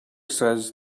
says